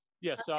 Yes